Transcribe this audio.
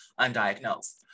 undiagnosed